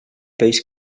peix